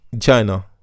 china